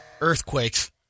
Earthquakes